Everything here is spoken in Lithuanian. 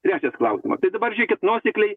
trečias klausimas tai dabar žiūrėkit nuosekliai